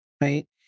right